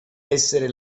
essere